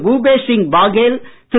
Bhupesh Singh Baghel Thiru